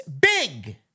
Big